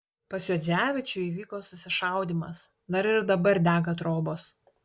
pas juodzevičių įvyko susišaudymas dar ir dabar dega trobos